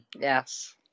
Yes